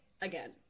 again